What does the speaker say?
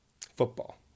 Football